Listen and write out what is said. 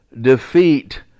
defeat